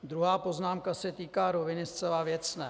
Druhá poznámka se týká roviny zcela věcné.